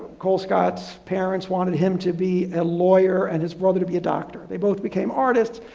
colescott's parents wanted him to be a lawyer and his brother to be a doctor. they both became artists,